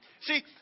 See